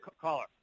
caller